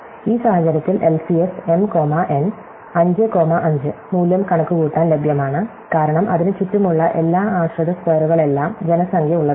അതിനാൽ ഈ സാഹചര്യത്തിൽ LCS m comma n 5 comma 5 മൂല്യം കണക്കുകൂട്ടാൻ ലഭ്യമാണ് കാരണം അതിനു ചുറ്റുമുള്ള എല്ലാം ആശ്രിത സ്ക്വയറുകളെല്ലാം ജനസംഖ്യയുള്ളതാണ്